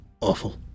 awful